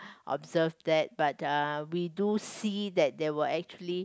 observe that but uh we do see that there were actually